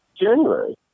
January